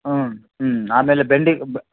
ಹ್ಞೂ ಹ್ಞೂ ಆಮೇಲೆ ಬೆಂಡೆ ಬ್